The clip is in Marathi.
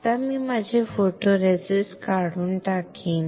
आता मी माझे फोटोरेसिस्ट काढून टाकीन